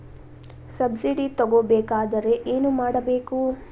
Subsidy ತಗೊಬೇಕಾದರೆ ಏನು ಮಾಡಬೇಕು?